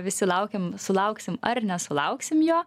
visi laukiam sulauksim ar nesulauksim jo